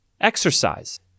exercise